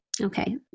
Okay